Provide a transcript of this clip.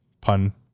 pun